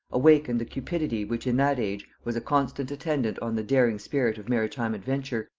awakened the cupidity which in that age was a constant attendant on the daring spirit of maritime adventure,